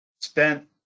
spent